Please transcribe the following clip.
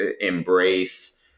embrace